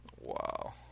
Wow